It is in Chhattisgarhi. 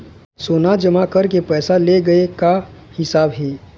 सोना जमा करके पैसा ले गए का हिसाब हे?